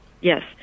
Yes